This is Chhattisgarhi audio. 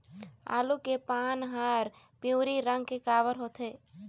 आलू के पान हर पिवरी रंग के काबर होथे?